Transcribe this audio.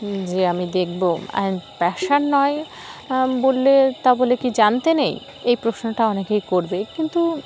যে আমি দেখবো আর প্যাশান নয় বললে তা বলে কি জানতে নেই এই প্রশ্নটা অনেকেই করবে কিন্তু